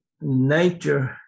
nature